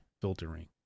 filtering